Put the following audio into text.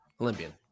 Olympian